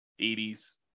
80s